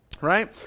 right